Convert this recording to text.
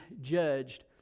judged